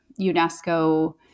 UNESCO